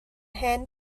hen